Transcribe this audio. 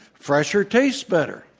fresher tastes better.